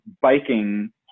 biking